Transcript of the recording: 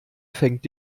fängt